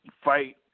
fight